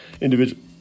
individual